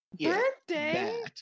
Birthday